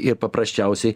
ir paprasčiausiai